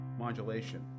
Modulation